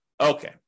Okay